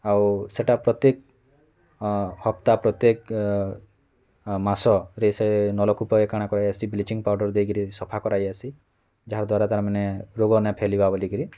ଆଉ ସେଟା ପ୍ରତ୍ୟେକ ହପ୍ତା ପ୍ରତ୍ୟେକ ମାସରେ ସେ ନଳକୂପ ଏ କାଁଣା କରା ହେଇସି ବ୍ଲିଚିଙ୍ଗ୍ ପାଉଡ଼ର୍ ଦେଇକି ସଫା କରା ଯାଇସି ଯାହାର ଦ୍ଵାରା ତା'ର୍ ମାନେ ରୋଗ ଫେଲିବା ବୋଲିକିରି